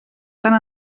tant